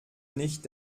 nicht